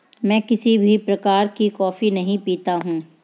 मैं किसी भी प्रकार की कॉफी नहीं पीता हूँ